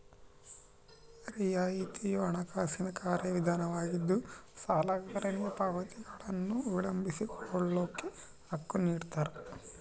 ರಿಯಾಯಿತಿಯು ಹಣಕಾಸಿನ ಕಾರ್ಯವಿಧಾನವಾಗಿದ್ದು ಸಾಲಗಾರನಿಗೆ ಪಾವತಿಗಳನ್ನು ವಿಳಂಬಗೊಳಿಸೋ ಹಕ್ಕು ನಿಡ್ತಾರ